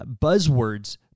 buzzwords